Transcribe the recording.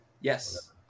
Yes